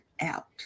out